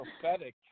prophetic